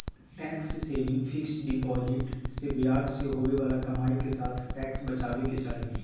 tax saving fixed deposit से ब्याज से होवे बाला कमाई के साथ टैक्स बचाबे के चाही